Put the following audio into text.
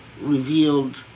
revealed